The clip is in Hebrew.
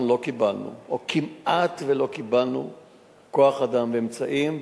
אנחנו לא קיבלנו או כמעט שלא קיבלנו כוח-אדם ואמצעים.